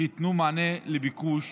שייתנו מענה לביקוש